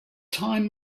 time